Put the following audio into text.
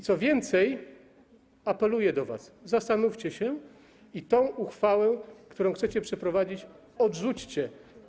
Co więcej, apeluję do was: zastanówcie się i tę uchwałę, którą chcecie przyjąć, odrzućcie.